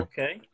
Okay